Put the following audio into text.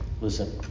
listen